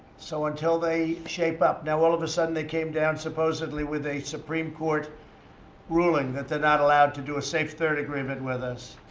so until they shape up now, all of the sudden, they came down, supposedly, with a supreme court ruling that they're not allowed to do a safe third agreement with us.